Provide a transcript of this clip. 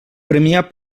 premiar